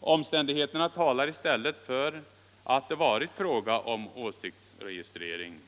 Omständigheterna talar i stället för att det varit fråga om åsiktsregistrering.